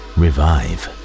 revive